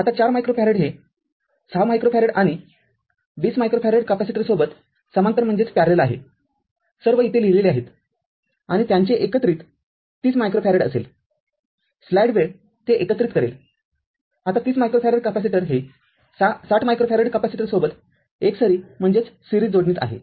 आता ४ मायक्रोफॅरेड हे ६ मायक्रोफॅरेड आणि २० मायक्रोफॅरेड कॅपेसिटर सोबत समांतर आहे सर्व येथे लिहिलेले आहेत आणि त्यांचे एकत्रित ३० मायक्रोफॅरेड असेल स्लाईड वेळ ते एकत्रित करेलआता ३० मायक्रोफॅरेड कॅपेसिटर हे ६०मायक्रोफॅरेड कॅपेसिटर सोबत एकसरी जोडणीत आहे